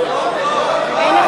אין,